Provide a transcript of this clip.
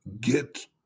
get